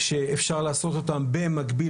שאפשר לעשות אותם במקביל,